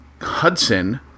Hudson